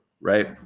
right